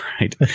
right